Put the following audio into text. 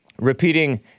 repeating